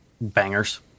bangers